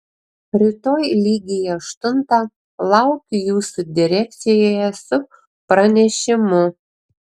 rytoj lygiai aštuntą laukiu jūsų direkcijoje su pranešimu